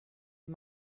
you